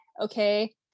okay